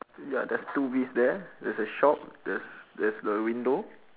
ya there's two bees there there's a shop there's there's a window